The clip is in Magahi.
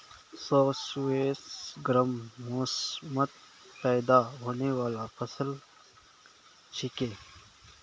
स्क्वैश गर्म मौसमत पैदा होने बाला फसल छिके